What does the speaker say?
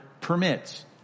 permits